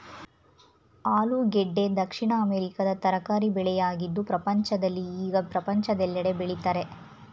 ಆಲೂಗೆಡ್ಡೆ ದಕ್ಷಿಣ ಅಮೆರಿಕದ ತರಕಾರಿ ಬೆಳೆಯಾಗಿದ್ದು ಪ್ರಪಂಚದಲ್ಲಿ ಈಗ ಪ್ರಪಂಚದೆಲ್ಲೆಡೆ ಬೆಳಿತರೆ